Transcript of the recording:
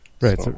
Right